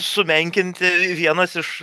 sumenkinti vienas iš